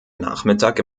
nachmittag